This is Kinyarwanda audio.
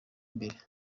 imbere